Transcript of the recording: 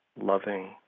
loving